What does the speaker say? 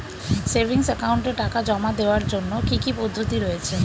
Savings একাউন্টে টাকা জমা দেওয়ার জন্য কি কি পদ্ধতি রয়েছে?